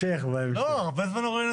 גם הגורמים העסקיים,